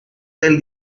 del